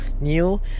new